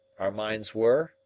our minds were,